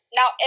now